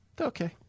Okay